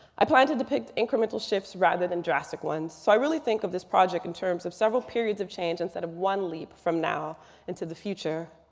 i plan to depict incremental shifts rather than drastic ones. so i really think of this project in terms of several periods of change instead of one leap from now into the future.